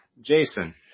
Jason